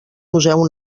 museu